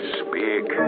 speak